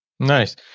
Nice